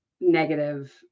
negative